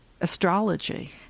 astrology